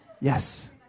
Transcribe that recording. Yes